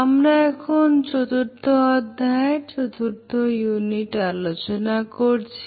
আমরা এখন চতুর্থ অধ্যায়ের চতুর্থ ইউনিট আলোচনা করছি